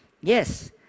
Yes